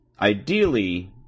ideally